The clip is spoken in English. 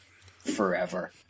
forever